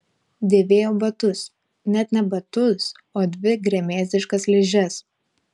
dėvėjo batus net ne batus o dvi gremėzdiškas ližes